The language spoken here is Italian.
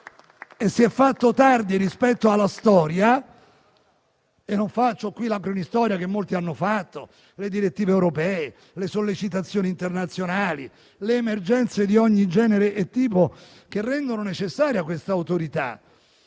e si è fatto tardi rispetto alla storia. Non ripercorro qui la cronistoria, come molti hanno fatto, sulle direttive europee, sulle sollecitazioni internazionali e sulle emergenze di ogni genere e tipo che rendono necessaria quest'Autorità,